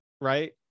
right